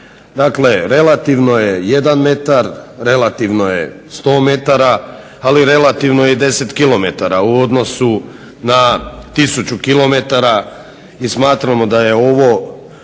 Dakle relativno je jedan metar, relativno je sto metara, ali relativno je i deset kilometara u odnosu na tisuću kilometara. I smatramo da je ovo